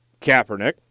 Kaepernick